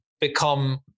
become